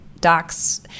docs